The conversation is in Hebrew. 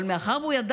אני חושבת,